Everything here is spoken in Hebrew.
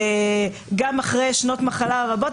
גם אחרי שנות מחלה רבות,